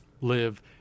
live